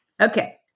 Okay